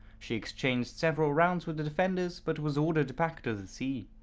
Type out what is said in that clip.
she exchanged several rounds with the defenders but was ordered back to the sea.